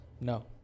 No